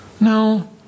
No